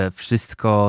wszystko